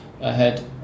ahead